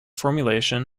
formulation